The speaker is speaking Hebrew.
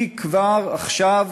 כי כבר עכשיו